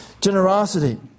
generosity